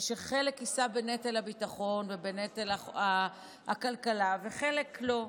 ושחלק יישא בנטל הביטחון ובנטל הכלכלה וחלק לא.